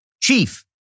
Chief